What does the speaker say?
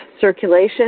circulation